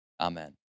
amen